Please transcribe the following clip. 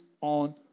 on